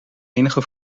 enige